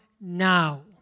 now